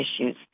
issues